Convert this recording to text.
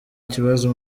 kibazo